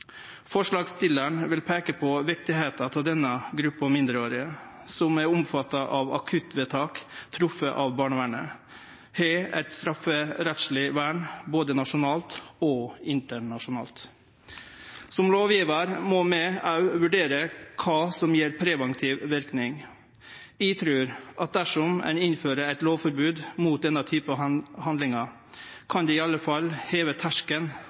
Forslagsstillaren vil peike på viktigheita av at denne gruppa av mindreårige som er omfatta av akuttvedtak gjorde av barnevernet, har eit strafferettsleg vern både nasjonalt og internasjonalt. Som lovgjevarar må vi òg vurdere kva som har preventiv verknad. Eg trur at dersom ein innfører eit lovforbod mot denne typen handlingar, kan det i alle fall heve